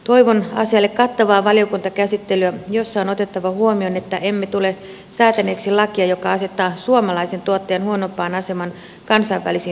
toivon asialle kattavaa valiokuntakäsittelyä jossa on otettava huomioon että emme tule säätäneeksi lakia joka asettaa suomalaisen tuottajan huonompaan asemaan kansainvälisiin tuottajiin nähden